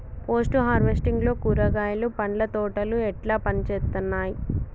Post harvesting లో కూరగాయలు పండ్ల తోటలు ఎట్లా పనిచేత్తనయ్?